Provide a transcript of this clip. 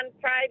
Friday